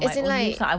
as in like